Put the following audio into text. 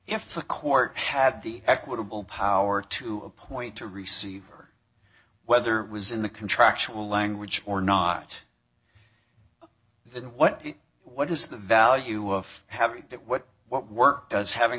if the court had the equitable power to appoint a receiver whether it was in the contractual language or not then what what is the value of having it what what work does having